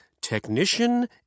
Technician